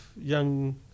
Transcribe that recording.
young